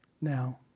Now